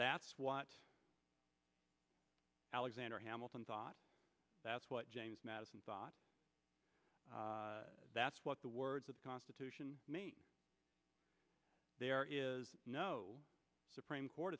that's what alexander hamilton thought that's what james madison thought that's what the words of the constitution there is no supreme court